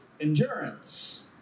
endurance